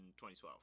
2012